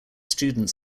student